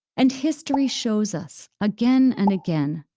and history shows us, again and again,